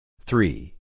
Three